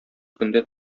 көндә